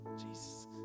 Jesus